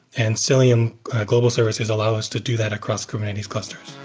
and so cilium global service has allowed us to do that across kubernetes clusters.